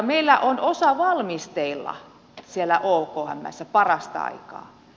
meillä on osa valmisteilla siellä okmssä parasta aikaa